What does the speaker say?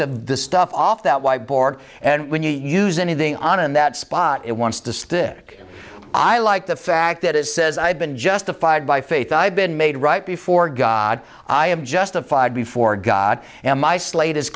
the stuff off that white board and when you use anything on in that spot it wants to stick i like the fact that it says i've been justified by faith i've been made right before god i have justified before god and my slate